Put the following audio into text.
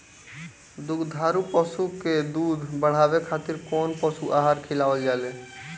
दुग्धारू पशु के दुध बढ़ावे खातिर कौन पशु आहार खिलावल जाले?